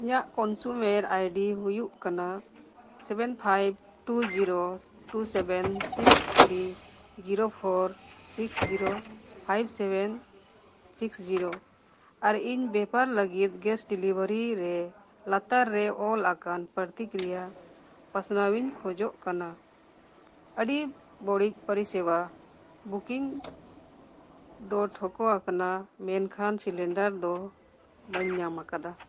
ᱤᱧᱟᱹᱜ consumer ID ᱦᱩᱭᱩᱜ ᱠᱟᱱᱟ seven five two zero two seven six three zero four six zero five seven six zero ᱟᱨ ᱤᱧ ᱵᱮᱯᱟᱨ ᱞᱟᱹᱜᱤᱫ ᱜᱮᱥ ᱰᱮᱞᱤᱵᱷᱟᱨᱤ ᱨᱮ ᱞᱟᱛᱟᱨ ᱨᱮ ᱚᱞ ᱟᱠᱟᱱ ᱯᱨᱚᱛᱤᱠ ᱨᱮᱭᱟᱜ ᱯᱟᱥᱱᱟᱣ ᱤᱧ ᱠᱷᱚᱡᱚᱜ ᱠᱟᱱᱟ ᱟᱹᱰᱤ ᱵᱟᱹᱲᱤᱡ ᱯᱚᱨᱤᱥᱮᱵᱟ ᱵᱩᱠᱤᱝ ᱫᱚ ᱴᱷᱟᱹᱣᱠᱟᱹ ᱟᱠᱟᱱᱟ ᱢᱮᱱᱠᱷᱟᱱ ᱥᱤᱞᱤᱱᱰᱟᱨ ᱫᱚ ᱵᱟᱹᱧ ᱧᱟᱢ ᱠᱟᱫᱟ